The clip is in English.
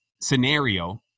scenario